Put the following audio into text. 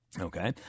okay